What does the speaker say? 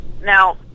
Now